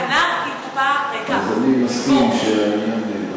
אז, הכנ"ר, קופה ריקה, אז אני מסכים, היא בור.